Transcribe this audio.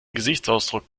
gesichtsausdruck